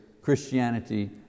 Christianity